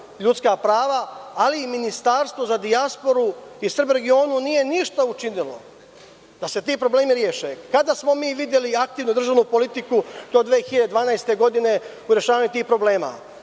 ljudska prava, ali Ministarstvo za dijasporu i Srbe u regionu nije ništa učinilo da se ti problemi reše. Kada smo mi videli aktivnu državnu politiku do 2012. godine u rešavanju tih problema.